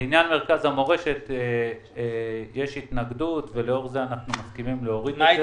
לעניין מרכז המורשת יש התנגדות ולאור זה אנחנו מסכימים להוריד את זה.